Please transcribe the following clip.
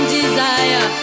desire